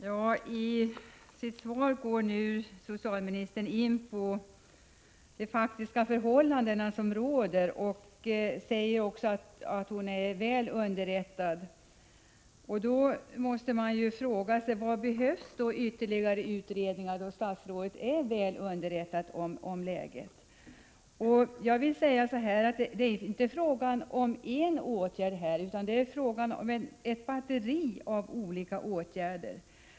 Herr talman! Socialministern går nu in på de faktiska förhållanden som råder, och hon säger också att hon är väl underrättad. Man måste därför fråga sig varför det behövs ytterligare utredningar, när statsrådet är väl underrättad om läget. Här är det inte fråga om en åtgärd, utan om ett helt batteri av olika åtgärder.